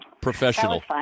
professional